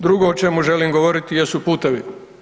Drugo o čemu želim govoriti jesu putevi.